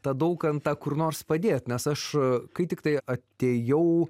tą daukantą kur nors padėt nes aš kai tiktai atėjau